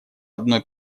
одной